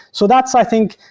so that's i think,